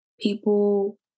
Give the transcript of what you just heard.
people